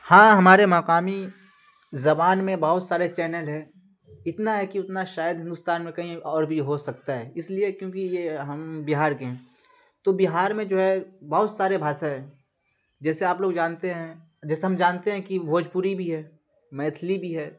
ہاں ہمارے مقامی زبان میں بہت سارے چینل ہیں اتنا ہیں کہ اتنا شاید ہندوستان میں کہیں اور بھی ہو سکتے ہیں اس لیے کیونکہ یہ ہم بہار کے ہیں تو بہار میں جو ہے بہت سارے بھاشا ہے جیسے آپ لوگ جانتے ہیں جیسے ہم جانتے ہیں کہ بھوجپوری بھی ہے میتھلی بھی ہے